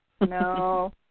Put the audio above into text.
no